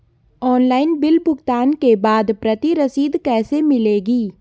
Online bill भुगतान के बाद प्रति रसीद कैसे मिलेगी?